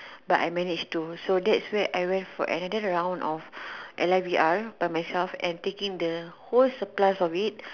but I managed to so that's where I went for another round of L I V R by myself and taking the whole supplies of it